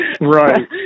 Right